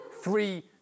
three